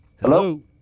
Hello